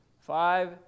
five